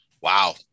Wow